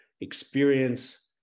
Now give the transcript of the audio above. experience